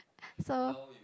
so